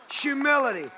humility